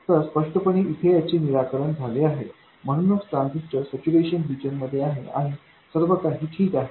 तर स्पष्टपणे इथे याचे निराकरण झाले आहे म्हणूनच ट्रान्झिस्टर सैच्यूरेशन रिजनमध्ये आहे आणि सर्व काही ठीक आहे